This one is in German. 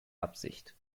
absicht